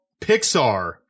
Pixar